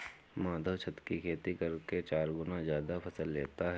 माधव छत की खेती करके चार गुना ज्यादा फसल लेता है